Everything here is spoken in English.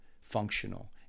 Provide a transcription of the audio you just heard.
functional